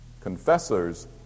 confessor's